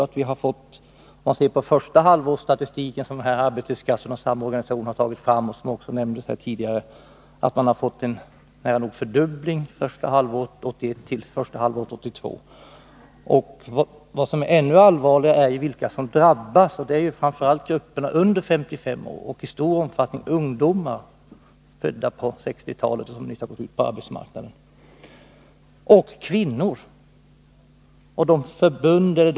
Om vi ser på statistiken för första halvåret i år som Arbetslöshetskassornas samorganisation har tagit fram, som nämndes tidigare, finner vi att det blivit nära nog en fördubbling jämfört med första halvåret 1981. Vad som är ännu allvarligare är vilka som drabbas. Det är framför allt grupperna under 55 år och i stor omfattning ungdomar födda på 1960-talet som nyss gått ut på arbetsmarknaden. Det är också kvinnor.